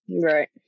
Right